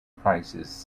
prices